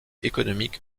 économique